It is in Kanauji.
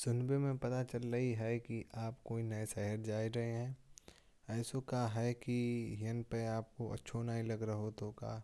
सुनने में पता चल रहा है कि आप कोई नये शहर जा रहे हैं। ऐसा क्या है कि इनपे आपको अच्छा नहीं लग रहा हो।